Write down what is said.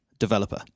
developer